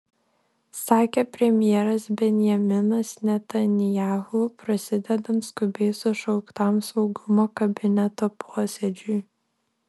sakė premjeras benjaminas netanyahu prasidedant skubiai sušauktam saugumo kabineto posėdžiui